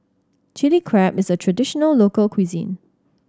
Chilli Crab is a traditional local cuisine